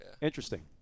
interesting